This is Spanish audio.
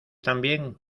también